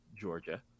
georgia